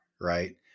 right